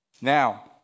Now